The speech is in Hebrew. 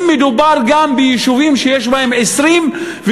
אם מדובר ביישובים שיש בהם 20,000,